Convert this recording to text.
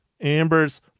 ambers